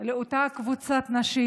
לאותה קבוצת נשים